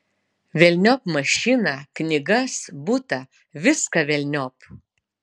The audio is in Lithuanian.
velniop mašiną knygas butą viską velniop